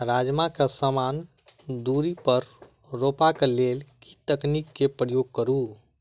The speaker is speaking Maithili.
राजमा केँ समान दूरी पर रोपा केँ लेल केँ तकनीक केँ प्रयोग करू?